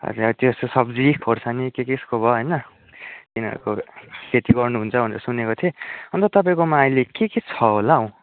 हजुर त्यस्तो सब्जी खोर्सानी के केको भयो होइन तिनीहरूको खेती गर्नुहुन्छ भनेर सुनेको थिएँ अन्त तपाईँकोमा अहिले के के छ होला हौ